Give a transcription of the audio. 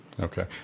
Okay